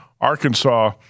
Arkansas